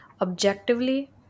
objectively